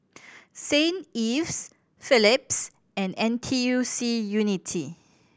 Saint Ives Phillips and N T U C Unity